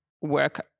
work